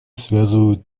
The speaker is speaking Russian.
связывают